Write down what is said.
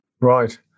Right